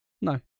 No